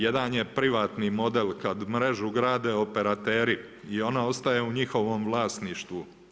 Jedan je privatni model kad mrežu grade operateri i ona ostaje u njihovom vlasništvu.